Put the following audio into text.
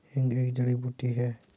हींग एक जड़ी बूटी है